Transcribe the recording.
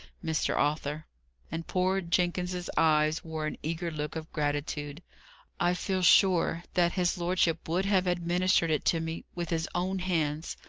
mr. arthur and poor jenkins's eyes wore an eager look of gratitude i feel sure that his lordship would have administered it to me with his own hands.